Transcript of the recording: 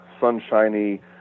sunshiny